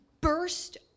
burst